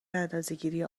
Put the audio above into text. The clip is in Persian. اندازهگیری